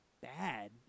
bad